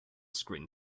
screen